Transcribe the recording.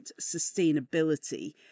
sustainability